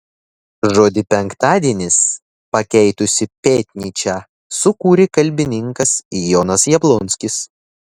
žodį penktadienis pakeitusį pėtnyčią sukūrė kalbininkas jonas jablonskis